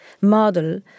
model